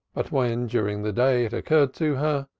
but when during the day it occurred to her,